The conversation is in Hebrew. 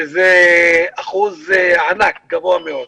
שזה אחוז ענק וגבוה מאוד.